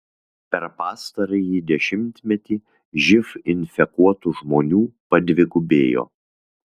per pastarąjį dešimtmetį živ infekuotų žmonių padvigubėjo